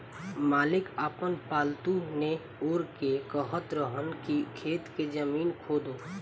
मालिक आपन पालतु नेओर के कहत रहन की खेत के जमीन खोदो